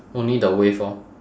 only the wave lor